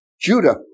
Judah